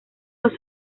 los